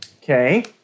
Okay